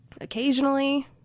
occasionally